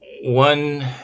one